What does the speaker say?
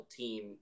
team